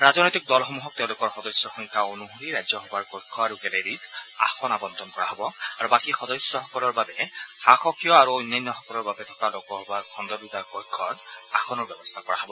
ৰাজনৈতিক দলসমূহক তেওঁলোকৰ সদস্য সংখ্যা অনুসৰি ৰাজ্যসভাৰ কক্ষ আৰু গেলেৰীত আসন আবণ্টন কৰা হ'ব আৰু বাকী সদস্যসকলক শাসকীয় আৰু অন্যান্যসকলৰ বাবে থকা লোকসভাৰ দুটা খণ্ডৰ কক্ষত আসনৰ ব্যৱস্থা কৰা হব